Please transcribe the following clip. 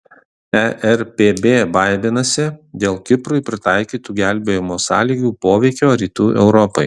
erpb baiminasi dėl kiprui pritaikytų gelbėjimo sąlygų poveikio rytų europai